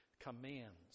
Commands